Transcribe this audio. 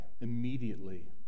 immediately